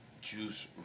Juice